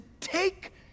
take